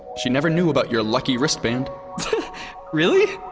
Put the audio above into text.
she never knew about your lucky wristband really?